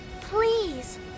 Please